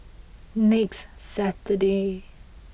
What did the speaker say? next Saturday